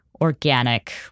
organic